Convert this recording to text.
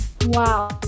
Wow